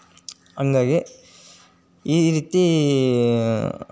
ಹಾಗಾಗೇ ಈ ರೀತಿ